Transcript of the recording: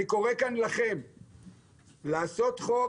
אני קורא כאן לכם לעשות חוק